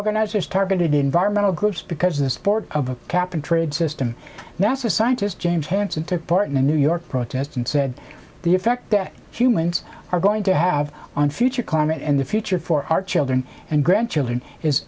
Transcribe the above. organizers targeted environmental groups because of the support of a cap and trade system nasa scientist james hansen took part in a new york protest and said the effect that humans are going to have on future climate and the future for our children and grandchildren is